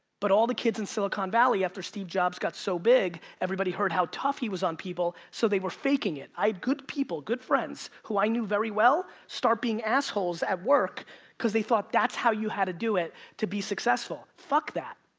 but all the kids in silicon valley after steve jobs got so big, everybody heard how tough he was on people, so they were faking it. i had good people, good friends, who i knew very well, start being assholes at work cause they thought that's how you had to do it to be successful. fuck that.